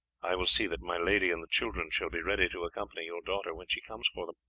i will see that my lady and the children shall be ready to accompany your daughter when she comes for them.